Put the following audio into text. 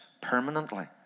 permanently